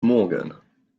morgan